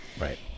Right